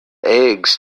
eggs